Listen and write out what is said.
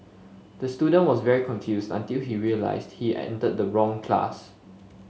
the student was very confused until he realised he entered the wrong class